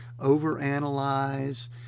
overanalyze